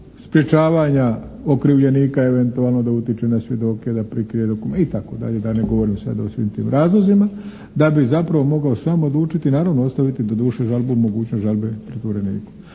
sprječavanja okrivljenika eventualno da utiče na svjedoke, da prikrije dokumente itd., da ne govorim sada o svim tim razlozima, da bi zapravo mogao sam odlučiti, naravno, ostaviti doduše žalbu, mogućnost žalbe zatvoreniku.